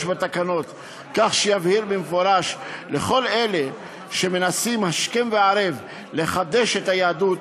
בתקנות כך שיבהיר במפורש לכל אלה שמנסים השכם והערב לחדש את היהדות,